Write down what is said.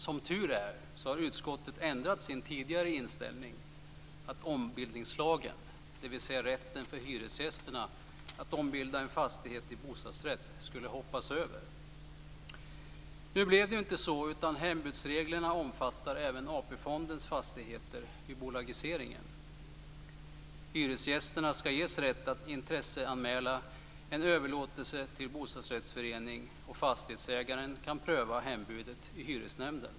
Som tur är har utskottet ändrat sin tidigare inställning att ombildningslagen, dvs. rätten för hyresgästerna att ombilda en fastighet till bostadsrätt, skulle hoppas över. Nu blev det inte så utan hembudsreglerna omfattar även AP-fondens fastigheter vid bolagisering. Hyresgästerna skall ges rätt att intresseanmäla en överlåtelse till bostadsrättsförening, och fastighetsägaren kan pröva hembudet i Hyresnämnden.